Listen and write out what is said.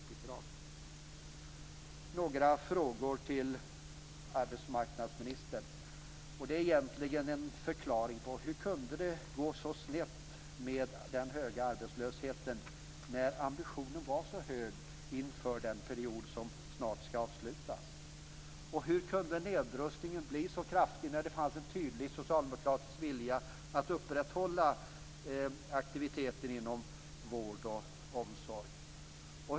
Jag vill ställa några frågor till arbetsmarknadsministern. Hur kunde det gå så snett med arbetslösheten när ambitionen var så hög inför den period som snart skall avslutas? Hur kunde nedrustningen bli så kraftig när det fanns en tydlig socialdemokratisk vilja att upprätthålla aktiviteten inom vård och omsorg?